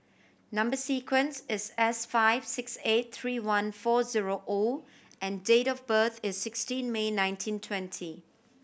number sequence is S five six eight three one four zero O and date of birth is sixteen May nineteen twenty